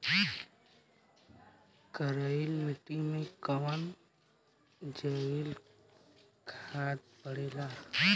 करइल मिट्टी में कवन जैविक खाद पड़ेला?